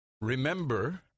remember